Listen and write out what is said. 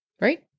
right